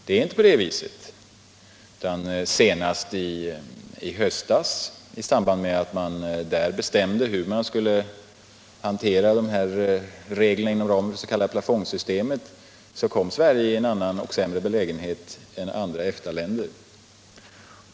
Det är inte på det viset, utan så sent som i höstas, i samband med att man bestämde hur man skulle hantera dessa regler inom ramen för det s.k. plafondsystemet, kom Sverige i en annan och sämre belägenhet än andra EFTA-länder.